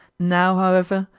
now, however,